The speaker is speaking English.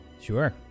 Sure